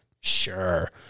Sure